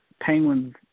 Penguin's